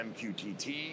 MQTT